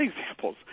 examples